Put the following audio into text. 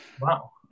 Wow